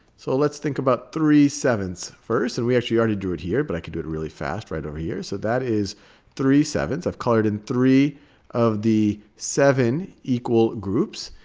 so, let's think about three seven first. and we actually already drew it here, but i can do it really fast right over here. so that is three seven. i've colored in three of the seven equal groups.